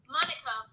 Monica